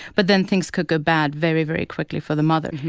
but then things could go bad very, very quickly for the mother.